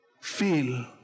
feel